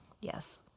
yes